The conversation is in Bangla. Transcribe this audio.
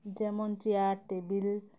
যেমন চেয়ার টেবিল